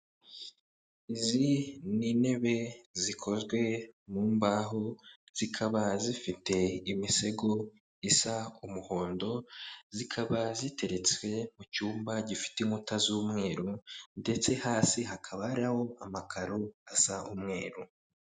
Izi ni intebe zikozwe mu mbaho, zikaba zifite imisego isa umuhondo, zikaba ziteretswe mu cyumba gifite inkuta z'umweru, ndetse hasi hakaba hari aho amakaro asa umweru.